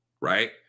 Right